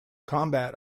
combat